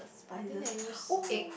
I think their use eight